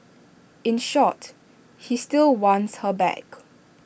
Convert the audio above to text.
in short he still wants her back